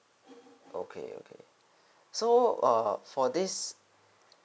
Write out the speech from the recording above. okay okay so err for this